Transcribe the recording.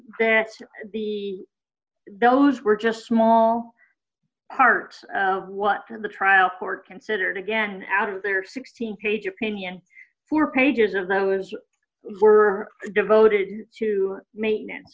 that the those were just small part of what the trial court considered again out of their sixteen page opinion four pages of those were devoted to maintenance